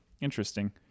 Interesting